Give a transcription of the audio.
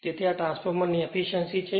તેથી આ ટ્રાન્સફોર્મરની એફીશ્યંસી છે